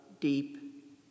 deep